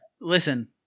Listen